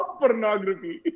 pornography